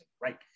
right